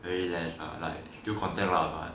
very less lah still contact lah but